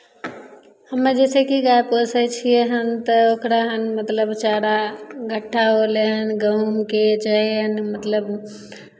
हमे जैसेकि गाय पोसै छियै हम तऽ ओकरा हम मतलब चारा घट्ठा होलै हन गहुँमके चाहे अन्न मतलब